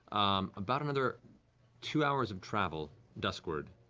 about another two hours of travel duskward,